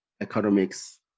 economics